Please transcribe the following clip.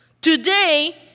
Today